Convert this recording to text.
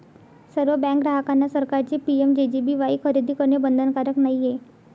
सर्व बँक ग्राहकांना सरकारचे पी.एम.जे.जे.बी.वाई खरेदी करणे बंधनकारक नाही आहे